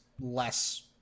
less